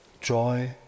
joy